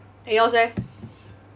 eh yours eh